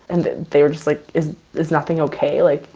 and they're just like, is is nothing ok? like,